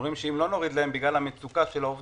הם אומרים, שאם לא נוריד להם, בגלל מצוקת העובדים,